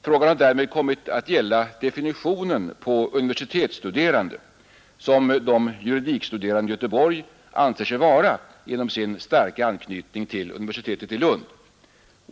Frågan har därmed kommit att gälla definitionen på universitetsstuderande, något som de juridikstuderande i Göteborg anser sig vara genom sin starka anknytning till universitetet i Lund.